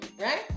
Right